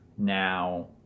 now